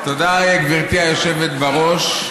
תודה, גברתי היושבת בראש.